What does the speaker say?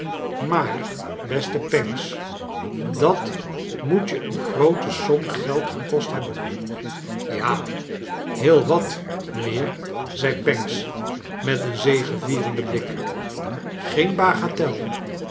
maar beste pancks dat moet je een groote som geld gekost hebben ja heel wat mynheer zei pancks met een zegevierenden blik geen bagatel